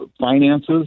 finances